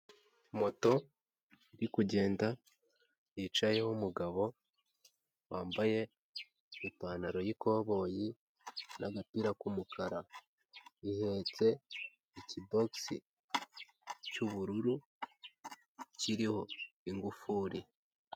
Moto iri kugenda yicayeho umugabo wambaye ipantaro y'ikoboyi n'agapira k'umukara, ihetse ikibogisi cy'ubururu kiriho ingufuri.